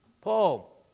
Paul